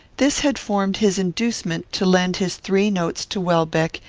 this had formed his inducement to lend his three notes to welbeck,